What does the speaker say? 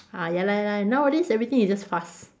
ah ya lah ya lah nowadays everything is just fast